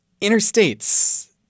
Interstates